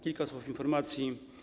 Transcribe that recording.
Kilka słów informacji.